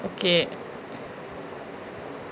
okay